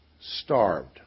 starved